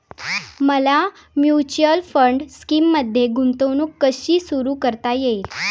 मला mutual fund स्कीममध्ये गुंतवणूक कशी सुरू करता येईल?